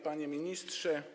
Panie Ministrze!